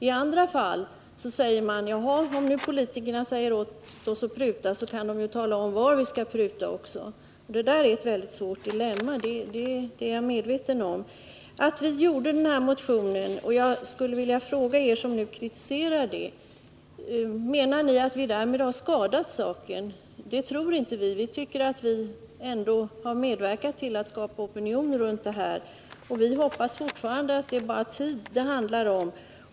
I andra fall säger man: Om nu politikerna säger åt oss att pruta, så får de väl också tala om var vi skall pruta. Detta är ett svårt dilemma — det är jag medveten om. Jag skulle vilja fråga er som nu kritiserar att vi väckte den här motionen: Menar ni att vi därmed har skadat saken? Det tror inte vi. Vi tycker att vi ändå har medverkat till att skapa opinion runt den här frågan. Vi hoppas fortfarande att det bara är tid det handlar om.